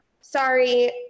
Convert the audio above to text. sorry